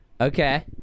Okay